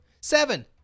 seven